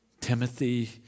Timothy